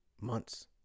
months